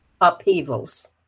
upheavals